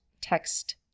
text